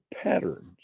patterns